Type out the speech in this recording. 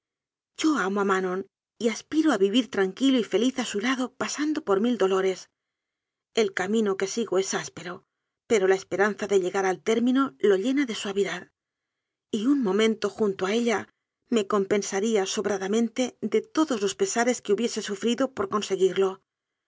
yo amo a manon y aspiro a vi vir tranquilo y feliz a su lado pasando por mil do lores el camino que sigo es áspero pero la espe ranza de llegar al término lo llena de suavidad y un momento junto a ella me compensaría sobra damente de todos los pesares que hubiese sufrido por conseguirlo